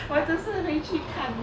我真是回去看